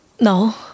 No